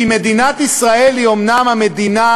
כי מדינת ישראל היא אומנם המדינה